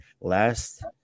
last